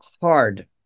hard